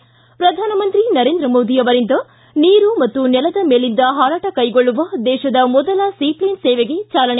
ಿ ಪ್ರಧಾನಮಂತ್ರಿ ನರೇಂದ್ರ ಮೋದಿ ಅವರಿಂದ ನೀರು ಮತ್ತು ನೆಲದ ಮೇಲಿಂದ ಪಾರಾಟ ಕೈಗೊಳ್ಳುವ ದೇಶದ ಮೊದಲ ಸೀಪ್ಲೇನ್ ಸೇವೆಗೆ ಚಾಲನೆ